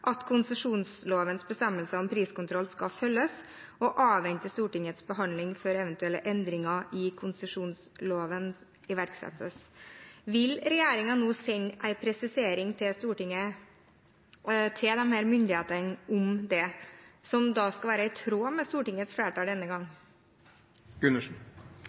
at konsesjonslovens bestemmelser om priskontroll skal følges, og avvente Stortingets behandling før eventuelle endringer i konsesjonsloven iverksettes. Vil regjeringen nå sende en presisering til disse myndighetene om det, en presisering som denne gang skal være i tråd med synet til Stortingets flertall?